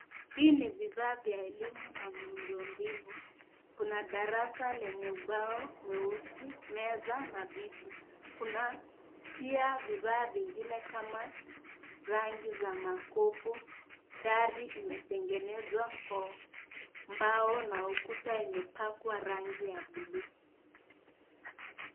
Hii ni bidhaa vya elimu na miundo mbinu. Kuna darasa lenye ubao mweusi, meza na viti. Kuna pia bidhaa vingine kama rangi za makopo. Dari imetengenezwa kwa mbao na ukuta imepakwa rangi ya buluu.